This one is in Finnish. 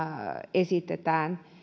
esitetään